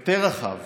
יותר רחב